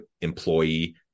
employee